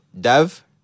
Dev